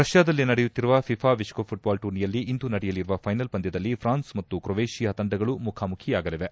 ರಷ್ಠಾದಲ್ಲಿ ನಡೆಯುತ್ತಿರುವ ಫಿಫಾ ವಿಶ್ವಕಪ್ ಘುಟ್ಟಾಲ್ ಟೂರ್ನಿಯಲ್ಲಿ ಇಂದು ನಡೆಯಲಿರುವ ಫೈನಲ್ ಪಂದ್ಯದಲ್ಲಿ ಫ್ರಾನ್ಸ್ ಮತ್ತು ಕ್ರೊವೇಷಿಯಾ ತಂಡಗಳು ಮುಖಾಮುಖಿಯಾಗಲಿವೆ